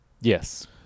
Yes